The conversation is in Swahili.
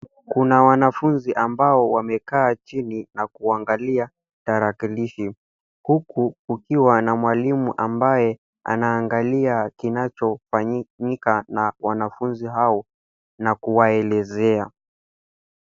Kuna wanafunzi ambao wamekaa chini na kuangalia tarakilishi, huku kukiwa na mwalimu ambaye anaangalia kinachofanyika na wanafunzi hao, na kuwaelezea.